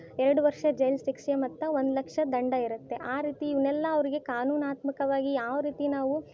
ಎರಡು ವರ್ಷ ಜೈಲು ಶಿಕ್ಷೆ ಮತ್ತು ಒಂದು ಲಕ್ಷ ದಂಡ ಇರುತ್ತೆ ಆ ರೀತಿ ಇವುನ್ನೆಲ್ಲ ಅವ್ರಿಗೆ ಕಾನೂನಾತ್ಮಕವಾಗಿ ಯಾವರೀತಿ ನಾವು